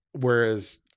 Whereas